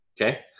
okay